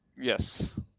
Yes